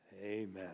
Amen